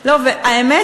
זה דבר, בעיני.